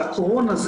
זה הקורונה,